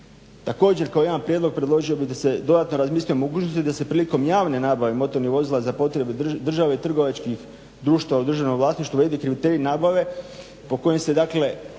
Također kao jedan prijedlog predložio bih da se dodatno razmisli o mogućnosti da se prilikom javne nabave motornih vozila za potrebe države i trgovačkih društava u državnom vlasništvu uvede kriterij nabave po kojem se dakle